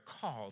called